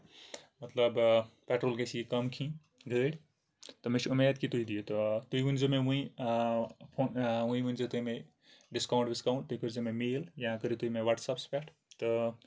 مطلب پیٹرول گژھِ یہِ کَم کھٮ۪نۍ گٲڑۍ تہٕ مےٚ چھ اُمید کہِ تُہۍ دِتو آ تُہۍ ؤنۍ زیو مےٚ ؤنۍ ووۄنۍ ؤنۍ زیو مےٚ تۄہہِ ڈِسکَاوُنٛٹ وِسکَاوُنٛٹ تُہۍ کٔرزیو مےٚ میل یا کٔرِو تُہۍ مےٚ واٹس ایپَس پٮ۪ٹھ تہٕ